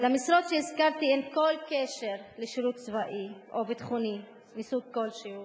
למשרות שהזכרתי אין כל קשר לשירות צבאי או ביטחוני מסוג כלשהו.